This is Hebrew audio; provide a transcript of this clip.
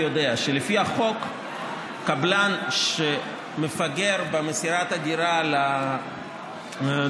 יודע שלפי החוק קבלן שמפגר במסירת הדירה לדייר